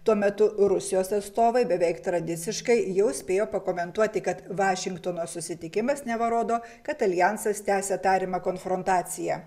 tuo metu rusijos atstovai beveik tradiciškai jau spėjo pakomentuoti kad vašingtono susitikimas neva rodo kad aljansas tęsia tariamą konfrontaciją